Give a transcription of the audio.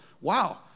wow